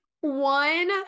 One